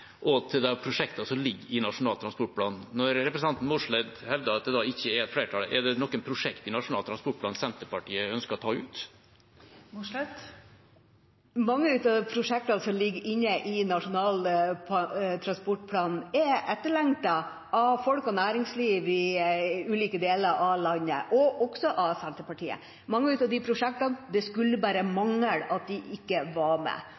og til de prosjektene som ligger i Nasjonal transportplan. Når representanten Mossleth hevder at det ikke er et flertall, er det noen prosjekter i Nasjonal transportplan Senterpartiet ønsker å ta ut? Mange av prosjektene som ligger inne i Nasjonal transportplan, er etterlengtet av folk og næringsliv i ulike deler av landet og også av Senterpartiet. Det skulle bare mangle at mange av disse prosjektene ikke var med.